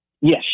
Yes